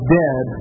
dead